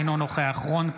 אינו נוכח רון כץ,